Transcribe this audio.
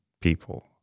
people